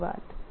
धन्यवाद